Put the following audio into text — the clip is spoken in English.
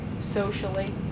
socially